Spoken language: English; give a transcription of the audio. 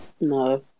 No